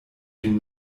den